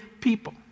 people